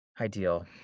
ideal